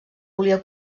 volia